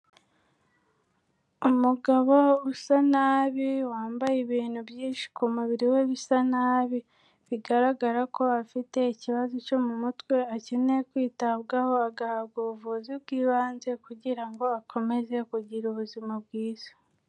Umugabo usa nabi, wambaye ibintu byinshi ku mubiri we bisa nabi, bigaragara ko afite ikibazo cyo mu mutwe, akeneye kwitabwaho, agahabwa ubuvuzi bw'ibanze kugira ngo akomeze kugira ubuzima bwiza.